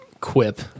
quip